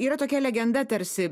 yra tokia legenda tarsi